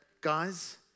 guys